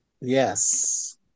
Yes